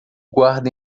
guarda